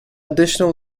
additional